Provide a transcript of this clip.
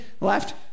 left